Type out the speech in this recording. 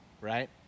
right